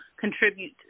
contribute